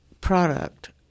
product